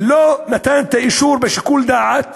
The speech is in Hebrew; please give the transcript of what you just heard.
שלא נתן את האישור לאחר שיקול דעת,